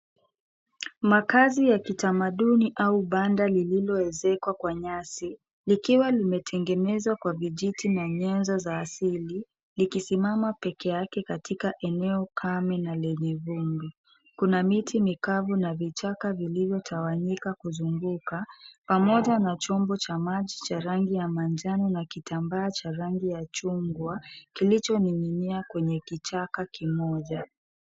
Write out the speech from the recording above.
Makazi ya kitamaduni au banda lililoezekwa kwa nyasi, likiwa limetengenezwa kwa vijiti na nyenzo za asili, likisimama pekeyake katika eneo kame na lenye vumbi. Kuna miti mikavu na vichaka vilivyotawanyika kuzunguka, pamoja na chombo cha maji cha rangi ya manjano na kitambaa cha rangi ya chungwa, kilichomiminia kwenye kichaka kimoja.